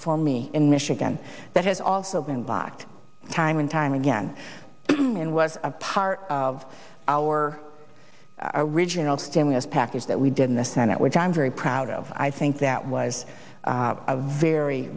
for me in mission again that has also been blocked time and time again and was a part of our original stimulus package that we did in the senate which i'm very proud of i think that was a very